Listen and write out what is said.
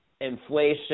inflation